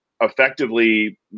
effectively